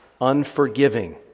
unforgiving